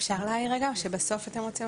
אפשר להעיר רגע או שבסוף אתם רוצים,